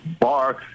bar